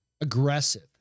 Aggressive